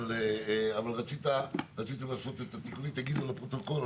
אבל, רציתם לעשות את התיקונים אז תגידו לפרוטוקול.